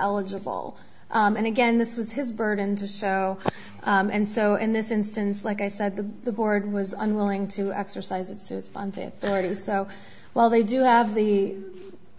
eligible and again this was his burden to so and so in this instance like i said that the board was unwilling to exercise it's fun to do so well they do have the